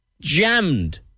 jammed